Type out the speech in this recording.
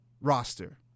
roster